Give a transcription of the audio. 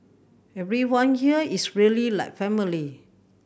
everyone here is really like family